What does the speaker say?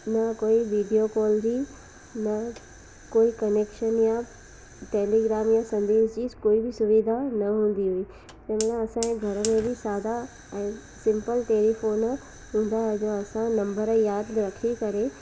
न कोई video call जी न कोई कनैक्शन या टैलीग्राम या संदेश जी कोई बि सुविधा न हूंदी हुई तंहिं महिल असांजे घर में बि सादा ऐं सिम्पल टेलीफ़ोन हूंदा ऐं जो असां नंबर यादि रखी करे